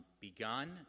begun